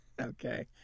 Okay